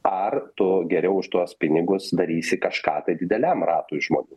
ar tu geriau už tuos pinigus darysi kažką tai dideliam ratui žmonių